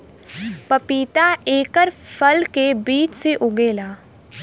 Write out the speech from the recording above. पपीता एकर फल के बीज से उगेला